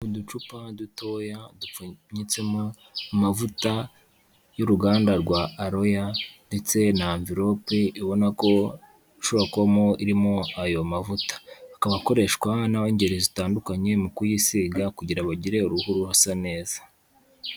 Uducupa dutoya dupfunyitsemo amavuta y'uruganda rwa Aloe ndetse na amvirope ubona ko ishobora kuba irimo ayo mavuta, akaba akoreshwa n'ab'ingeri zitandukanye mu kuyisiga kugira bagire uruhu rusa neza.